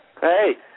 Hey